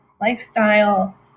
lifestyle